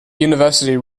university